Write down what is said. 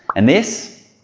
and this?